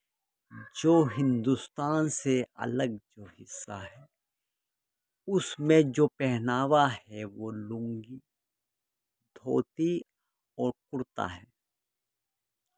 جو ہندوستان سے الگ جو حصہ ہے اس میں جو پہناوا ہے وہ لونگی دھوتی اور کرتا ہے